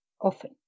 often